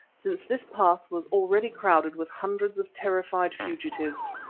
since this path was already crowded with hundreds of terrified fugitives,